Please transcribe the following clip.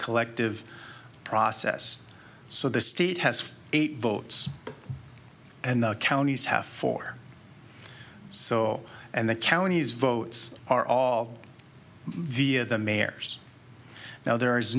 collective process so the state has eight votes and the counties have four so and the counties votes are all via the mayor's now there is